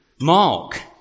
Mark